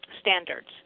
standards